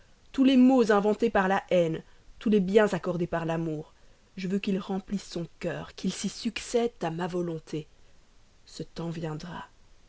tous les maux inventés par la haine tous les biens accordés par l'amour je veux qu'ils remplissent son cœur qu'ils s'y succèdent à ma volonté ce temps viendra